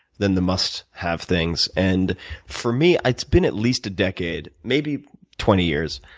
then the must have things. and for me, it's been at least a decade, maybe twenty years,